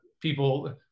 people